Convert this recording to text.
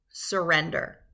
surrender